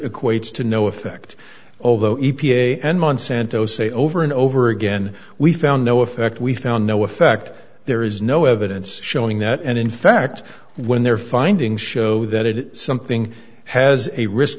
equates to no effect although e p a and monsanto say over and over again we found no effect we found no effect there is no evidence showing that and in fact when their findings show that it is something has a risk